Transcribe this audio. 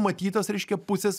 matyt tas reiškia pusės